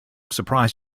surprised